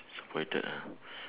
disappointed ah